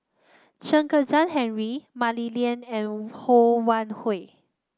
Chen Kezhan Henri Mah Li Lian and Ho Wan Hui